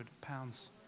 pounds